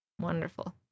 Wonderful